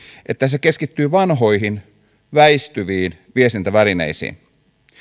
että se keskittyy vanhoihin väistyviin viestintävälineisiin